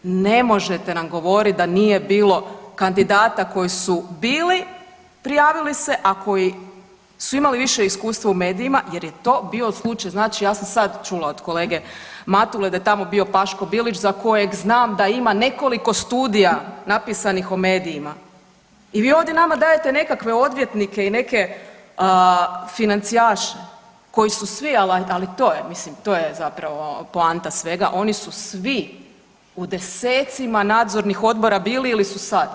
Ne možete nam govoriti da nije bilo kandidata koji su bili prijavili se, a koji su imali više iskustva u medijima jer je to bio slučaj, znači, ja sam sad čula od kolege Matule da je tamo bio Paško Bilić za kojeg znam da ima nekoliko studija napisanih o medijima, i vi ovdje nama dajete nekakve odvjetnike i neke financijaše, koji su svi, ali to je, mislim, to je zapravo poanta svega, oni su svi u desecima nadzornih odbora bili ili su sad.